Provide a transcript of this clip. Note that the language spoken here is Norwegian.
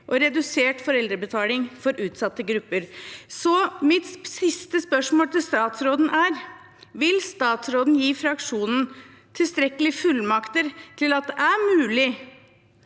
og redusert foreldrebetaling for utsatte grupper. Mitt siste spørsmål til statsråden er: Vil statsråden gi fraksjonen tilstrekkelige fullmakter til at det er mulig